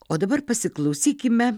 o dabar pasiklausykime